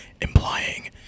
implying